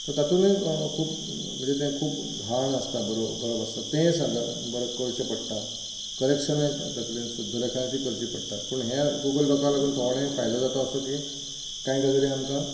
तर तातूंतय खूब म्हणजे तें खूब घाण आसता बरोवप बरोवप आसता तें सादारण बरें करचें पडटा करॅक्शनाय तातूंतल्यान शुध्द लेखनाची करची पडटां पूण हे गुगल डॉकाक लागून थोडें फायदो जाता तो असो की कांय गजाली आमकां